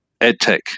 edtech